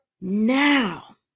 now